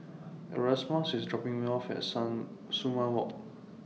Erasmus IS dropping Me off At Sumang Walk